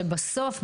שבסוף,